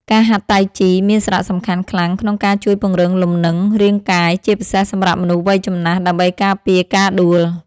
ការហាត់តៃជីមានសារៈសំខាន់ខ្លាំងក្នុងការជួយពង្រឹងលំនឹងរាងកាយ ជាពិសេសសម្រាប់មនុស្សវ័យចំណាស់ដើម្បីការពារការដួល។